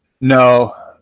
No